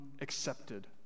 accepted